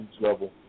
level